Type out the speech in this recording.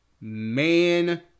man